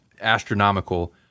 astronomical